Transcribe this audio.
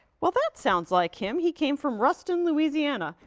well, that sounds like him. he came from ruston, louisiana.